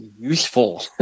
useful